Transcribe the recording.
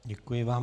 Děkuji vám.